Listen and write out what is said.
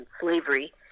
slavery